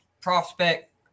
prospect